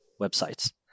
websites